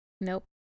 Nope